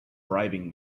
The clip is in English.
bribing